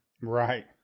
Right